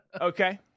Okay